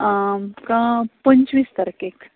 आं आमकां पंचवीस तारखेक